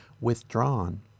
withdrawn